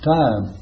time